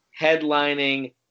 headlining